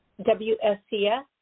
WSCS